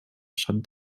shut